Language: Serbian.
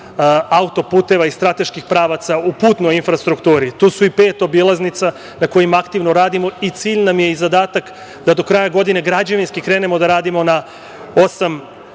autoputeva i strateških pravaca u putnoj infrastrukturi. Tu su i pet obilaznica na kojima aktivno radimo i cilj i zadatak nam je da do kraja godine građevinski krenemo da radimo na osam